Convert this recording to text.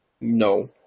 No